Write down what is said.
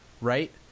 right